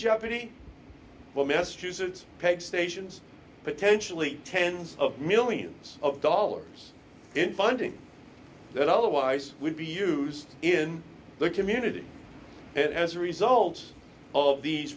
jeopardy for massachusetts stations potentially tens of millions of dollars in funding that otherwise would be used in the community it has a result of these